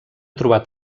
trobat